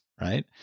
right